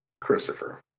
Christopher